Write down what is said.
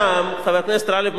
חבר הכנסת גאלב מג'אדלה,